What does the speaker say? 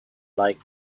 like